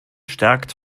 stärkt